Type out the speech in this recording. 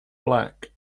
black